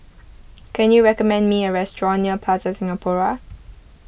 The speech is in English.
can you recommend me a restaurant near Plaza Singapura